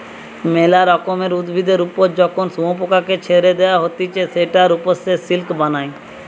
মেলা রকমের উভিদের ওপর যখন শুয়োপোকাকে ছেড়ে দেওয়া হতিছে সেটার ওপর সে সিল্ক বানায়